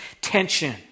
tension